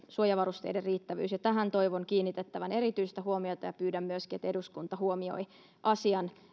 suojavarusteiden riittävyys pystytään varmistamaan tähän toivon kiinnitettävän erityistä huomiota ja pyydän myöskin että eduskunta huomioi asian